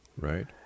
Right